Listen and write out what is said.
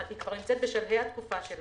היא נמצאת בשלהי התקופה שלה.